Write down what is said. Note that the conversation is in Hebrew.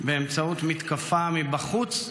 באמצעות מתקפה מבחוץ ומבפנים.